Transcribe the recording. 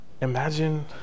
imagine